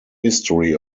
history